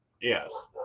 Yes